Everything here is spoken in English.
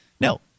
No